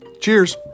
Cheers